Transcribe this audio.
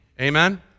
Amen